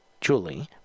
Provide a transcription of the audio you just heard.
Julie